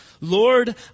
Lord